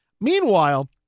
Meanwhile